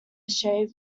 shave